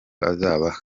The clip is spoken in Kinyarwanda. azabaha